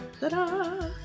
Ta-da